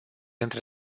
între